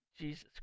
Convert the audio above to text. Jesus